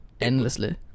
endlessly